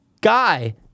guy